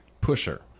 Pusher